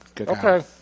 Okay